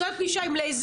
אתן רוצות פגישה עם לייזר,